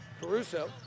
Caruso